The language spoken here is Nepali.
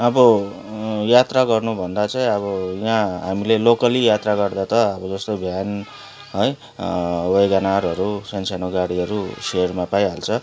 अब यात्रा गर्नुभन्दा चाहिँ अब यहाँ हामीले लोकल्ली यात्रा गर्दा त अब जस्तो भ्यान है वेगनरहरू सा सानो गाडीहरू सेरमा पाइहाल्छ